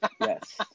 Yes